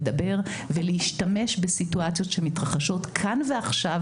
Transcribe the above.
לדבר ולהשתמש בסיטואציות שמתרחשות כאן ועכשיו